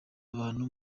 abantu